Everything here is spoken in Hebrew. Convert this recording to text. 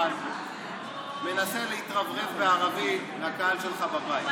מנסה להתרברב בערבית לקהל שלך בבית,